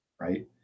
right